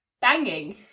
banging